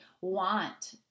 want